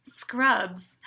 scrubs